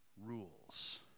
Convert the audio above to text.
rules